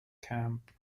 camp